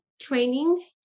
training